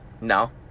No